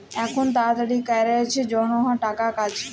এখুল তাড়াতাড়ি ক্যরের জনহ টাকার কাজ